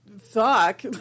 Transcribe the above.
fuck